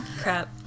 Crap